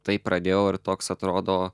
taip pradėjau ir toks atrodo